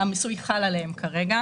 המיסוי החדש חל על הכלים של תמה גרופ.